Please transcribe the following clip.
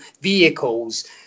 vehicles